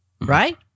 right